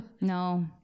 no